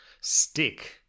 stick